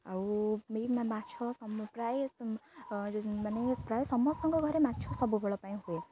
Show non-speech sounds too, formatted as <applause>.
ଆଉ <unintelligible> ମାଛ ପ୍ରାୟ ମାନେ ପ୍ରାୟ ସମସ୍ତଙ୍କ ଘରେ ମାଛ ସବୁବେଳ ପାଇଁ ହୁଏ